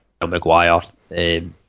McGuire